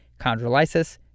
chondrolysis